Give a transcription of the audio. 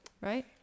right